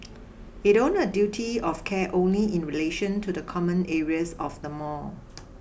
it owned a duty of care only in relation to the common areas of the mall